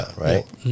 right